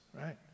right